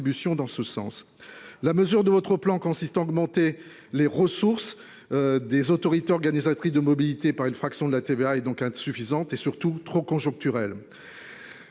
La mesure de votre plan consistant à augmenter les ressources des autorités organisatrices des mobilités par une fraction de la TVA est insuffisante et, surtout, trop conjoncturelle.